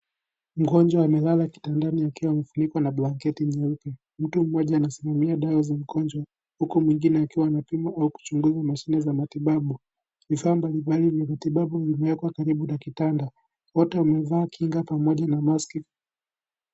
Mgonjwa amelala kitandani akiwa amefunikwa na blanketi nyeupe, mtu anasimamia dawa za mgonjwa huku mwingine akiwa anapima au kuchunguza mashine za matibabu, vifaa mbalimbali vya matibabu vimewekwa karibu na kitanda, wote wamevaa kinga pamoja na maski.